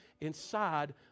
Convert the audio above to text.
inside